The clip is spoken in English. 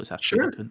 Sure